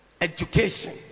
education